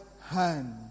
hand